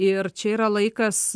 ir čia yra laikas